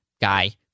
guy